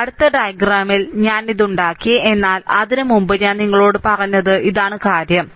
അടുത്ത ഡയഗ്രാമിൽ ഞാൻ ഇത് ഉണ്ടാക്കി എന്നാൽ അതിനുമുമ്പ് ഞാൻ നിങ്ങളോട് പറഞ്ഞത് ഇതാണ് കാര്യം